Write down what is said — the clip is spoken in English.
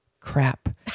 crap